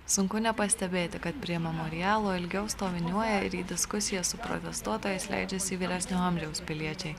sunku nepastebėti kad prie memorialo ilgiau stoviniuoja ir į diskusiją su protestuotojais leidžiasi vyresnio amžiaus piliečiai